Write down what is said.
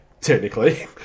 technically